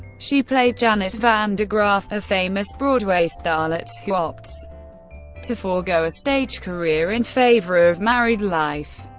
she played janet van de graaff, a famous broadway starlet who opts to forgo a stage career in favor of married life.